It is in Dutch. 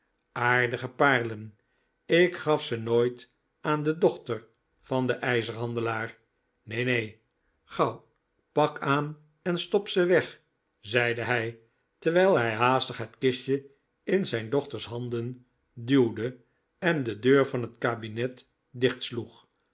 aardige paarlen ik gaf ze nooit aan de dochter van den ijzerhandelaar nee nee gauw pak aan en stop ze weg zeide hij terwijl hij haastjg het kistje in zijn dochters handen duwde en de deur van het kabinet